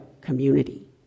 community